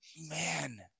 man